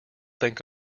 think